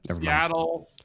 Seattle